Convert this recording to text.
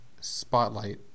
spotlight